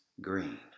green